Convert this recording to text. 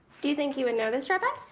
do you think he would know this rabbi?